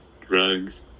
drugs